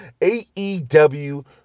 AEW